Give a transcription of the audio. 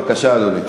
בבקשה, אדוני.